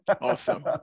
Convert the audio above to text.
Awesome